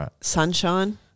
Sunshine